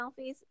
selfies